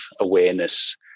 awareness